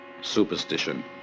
superstition